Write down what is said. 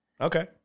Okay